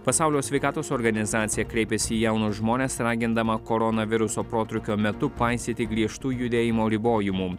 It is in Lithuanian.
pasaulio sveikatos organizacija kreipėsi į jaunus žmones ragindama koronaviruso protrūkio metu paisyti griežtų judėjimo ribojimų